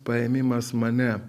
paėmimas mane